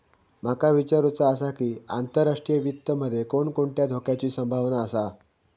माका विचारुचा आसा की, आंतरराष्ट्रीय वित्त मध्ये कोणकोणत्या धोक्याची संभावना आसा?